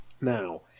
Now